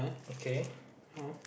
okay